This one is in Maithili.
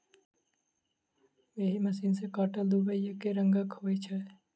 एहि मशीन सॅ काटल दुइब एकै रंगक होइत छै